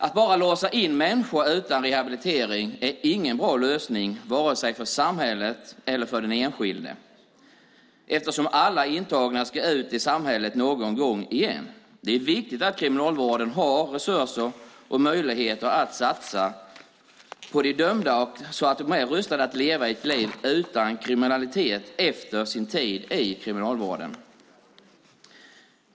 Att bara låsa in människor utan rehabilitering är ingen bra lösning vare sig för samhället eller för den enskilde eftersom alla intagna ska ut i samhället någon gång igen. Det är viktigt att kriminalvården har resurser och möjlighet att satsa på de dömda så att de är rustade att leva ett liv utan kriminalitet efter sin tid i kriminalvården.